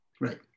right